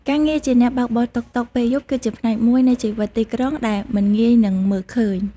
ការងារជាអ្នកបើកបរតុកតុកពេលយប់ គឺជាផ្នែកមួយនៃជីវិតទីក្រុងដែលមិនងាយនឹងមើលឃើញ។